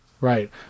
Right